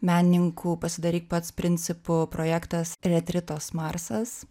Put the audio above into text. menininkų pasidaryk pats principu projektas retritos marsas